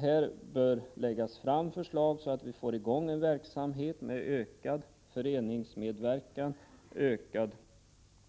Här bör läggas fram förslag så att en verksamhet kommer i gång med ökad föreningsmedverkan, ökad